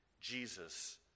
Jesus